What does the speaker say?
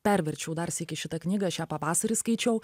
perverčiau dar sykį šitą knygą aš ją pavasarį skaičiau